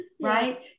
Right